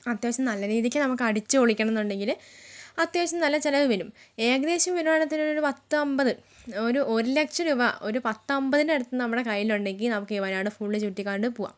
അത്യാവശ്യം നല്ല രീതിക്ക് നമുക്ക് അടിച്ച് പൊളിക്കണം എന്നുണ്ടെങ്കൽ അത്യാവശ്യം നല്ല ചിലവ് വരും ഏകദേശം വരുവാണെങ്കിൽ തന്നെ ഒരു പത്തമ്പത് ഒരു ഒരു ലക്ഷം രൂപ ഒരു പത്തമ്പത്തിൻ്റടുത്ത് നമ്മുടെ കയ്യിലുണ്ടെങ്കി നമുക്ക് ഈ വയനാട് ഫുൾ ചുറ്റിക്കണ്ട് പോവാം